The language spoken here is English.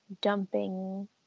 dumping